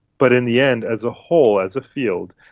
but in the end as a whole, as a field,